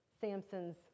Samson's